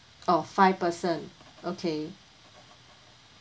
oh five person okay